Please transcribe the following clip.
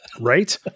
right